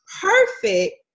perfect